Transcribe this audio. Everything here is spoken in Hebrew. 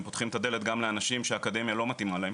פותחים את הדלת גם לאנשים שהאקדמיה לא מתאימה להם.